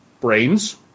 Brains